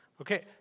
Okay